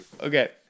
Okay